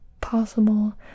possible